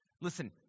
Listen